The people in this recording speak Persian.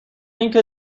اینکه